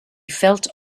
felt